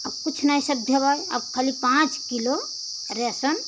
अब कुछ नहीं सब वही अब खाली पाँच किलो राशन